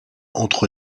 entre